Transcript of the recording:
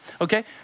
okay